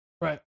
right